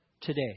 today